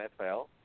NFL